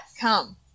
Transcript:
come